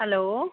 hello